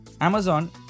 Amazon